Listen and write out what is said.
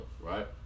Right